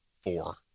four